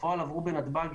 בפועל עברו בנתב"ג,